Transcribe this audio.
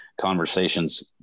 conversations